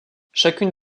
chacune